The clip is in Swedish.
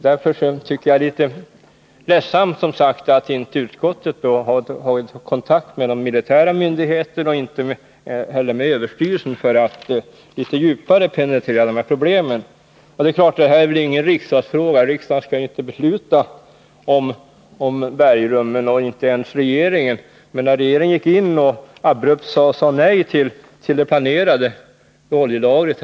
Därför tycker jag att det är litet ledsamt att utskottet inte har tagit kontakt med de militära myndigheterna och inte heller med Överstyrelsen för ekonomiskt försvar för att djupare penetrera problemen. Riksdagen skall inte besluta om bergrummen, och det skall inte heller regeringen göra. Men regeringen grep ju in och sade abrupt nej till det planerade oljelagret.